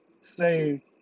say